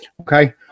Okay